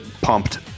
Pumped